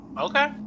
Okay